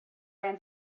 ran